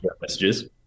messages